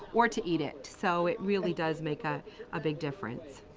or to eat it. so it really does make a ah big difference.